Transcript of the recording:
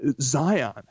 Zion